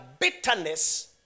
bitterness